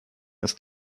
ist